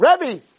Rebbe